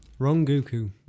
Ronguku